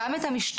גם את המשטרה.